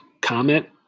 comment